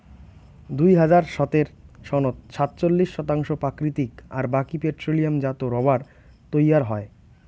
দুই হাজার সতের সনত সাতচল্লিশ শতাংশ প্রাকৃতিক আর বাকি পেট্রোলিয়ামজাত রবার তৈয়ার হয়